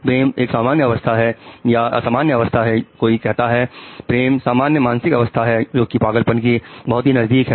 प्रेम एक सामान्य अवस्था है या असामान्य अवस्था है कोई कहता है प्रेम सामान्य मानसिक अवस्था है जो कि पागलपन के बहुत ही नजदीक है